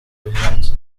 bihenze